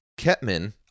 Ketman